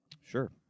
Sure